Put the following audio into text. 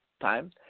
time